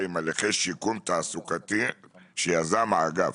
עם הליכי שיקום תעסוקתי שיזם האגף".